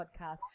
podcast